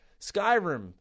Skyrim